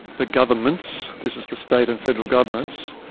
the governments, this is the state and federal governments,